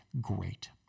great